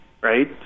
Right